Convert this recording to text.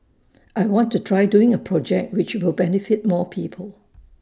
I want to try doing A project which will benefit more people